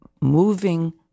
moving